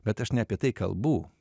bet aš ne apie tai kalbu